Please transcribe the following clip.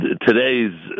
today's